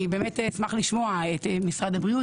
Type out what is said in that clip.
אני באמת אשמח לשמוע את משרד הבריאות